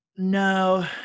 No